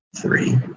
three